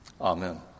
Amen